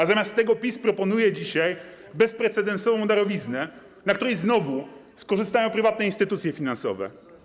A zamiast tego PiS proponuje dzisiaj bezprecedensową darowiznę, na której znowu skorzystają prywatne instytucje finansowe.